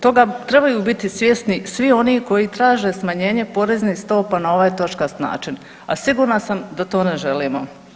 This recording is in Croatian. Toga trebaju biti svjesni svi oni koji traže smanjenje poreznih stopa na ovaj točkast način, a sigurna sam da to ne želimo.